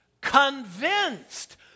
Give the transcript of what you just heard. Convinced